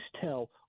tell